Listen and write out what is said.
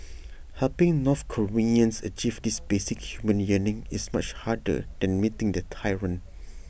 helping north Koreans achieve this basic human yearning is much harder than meeting their tyrant